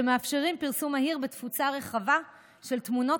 שמאפשרים פרסום מהיר בתפוצה רחבה של תמונות